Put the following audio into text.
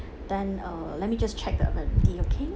then uh let me just check the availability okay